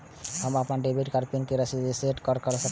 हम अपन debit card के पिन के रीसेट केना करब?